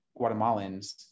Guatemalans